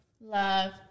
love